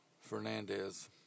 Fernandez